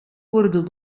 worden